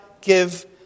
give